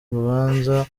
rubanza